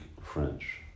French